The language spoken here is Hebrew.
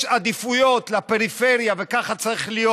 יש עדיפויות לפריפריה וככה צריך להיות.